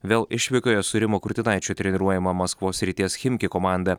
vėl išvykoje su rimo kurtinaičio treniruojama maskvos srities chimki komanda